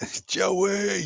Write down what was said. Joey